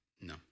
No